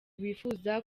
bifuza